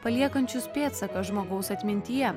paliekančius pėdsaką žmogaus atmintyje